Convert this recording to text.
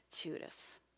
Judas